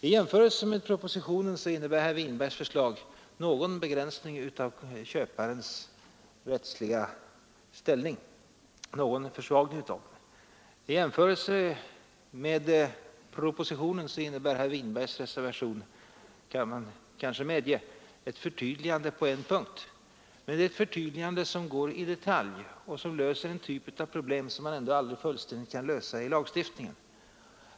I jämförelse med propositionen innebär herr Winbergs förslag någon försvagning av köparens rättsliga ställning. Reservationen innebär, det kan man kanske medge, ett förtydligande på en punkt. Men det är ett förtydligande av en detalj och löser en typ av problem som ändå aldrig fullständigt kan lösas i lagstiftningen.